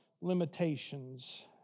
limitations